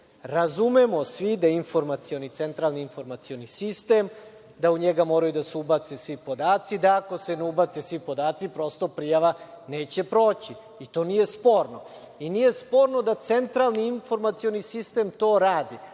postoji. Razumemo svi da je centralni informacioni sistem, da u njega moraju da se ubace svi podaci, da ako se ne ubace svi podaci, prosto, prijava neće proći. To nije sporno. I nije sporno da centralni informacioni sistem to radi.